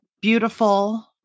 beautiful